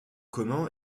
commun